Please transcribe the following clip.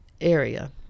area